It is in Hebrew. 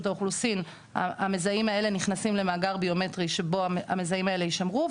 האוכלוסין המזהים האלה נכנסים למאגר ביומטרי שבו המזהים האלה יישמרו.